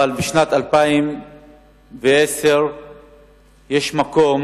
אבל בשנת 2010 יש מקום